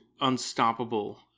unstoppable